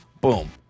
boom